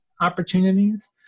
opportunities